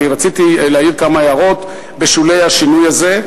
רציתי להעיר כמה הערות בשולי השינוי הזה.